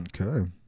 Okay